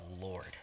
Lord